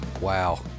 Wow